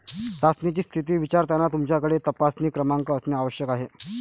चाचणीची स्थिती विचारताना तुमच्याकडे तपासणी क्रमांक असणे आवश्यक आहे